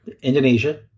Indonesia